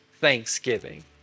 thanksgiving